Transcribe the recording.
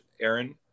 Aaron